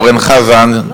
אורן חזן,